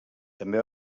també